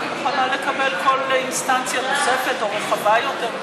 אני מוכנה לקבל כל אינסטנציה נוספת או רחבה יותר בהקשר הזה.